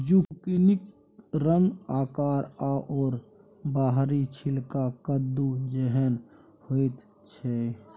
जुकिनीक रंग आकार आओर बाहरी छिलका कद्दू जेहन होइत छै